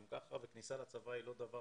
כניסה לצבא היא לא דבר